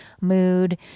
mood